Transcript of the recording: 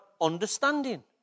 understanding